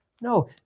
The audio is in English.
No